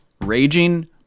Raging